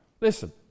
Listen